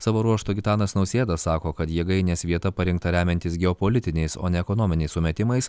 savo ruožtu gitanas nausėda sako kad jėgainės vieta parinkta remiantis geopolitiniais o ne ekonominiais sumetimais